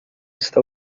está